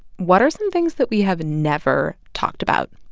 what are some things that we have never talked about?